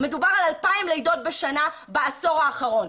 מדובר על אלפיים לידות בשנה בעשות האחרון.